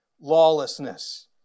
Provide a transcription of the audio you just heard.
lawlessness